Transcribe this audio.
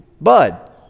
bud